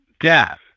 death